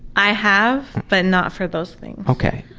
i have, but not for those things. okay,